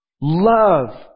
love